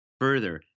further